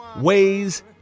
ways